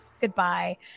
goodbye